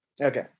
Okay